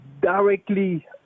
directly